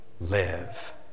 live